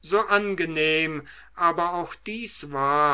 so angenehm aber auch dieses war